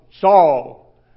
Saul